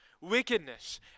wickedness